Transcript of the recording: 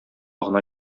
гына